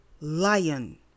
Lion